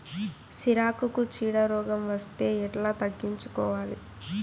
సిరాకుకు చీడ రోగం వస్తే ఎట్లా తగ్గించుకోవాలి?